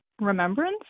remembrance